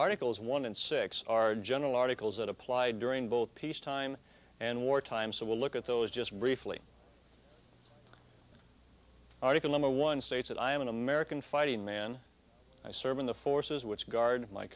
articles one and six are general articles that applied during both peacetime and wartime so we'll look at those just briefly article number one states that i am an american fighting man i served in the forces which guard my